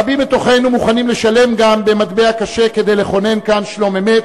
רבים בתוכנו מוכנים לשלם גם במטבע קשה כדי לכונן כאן שלום אמת,